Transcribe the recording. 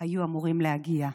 היו אמורים להגיע.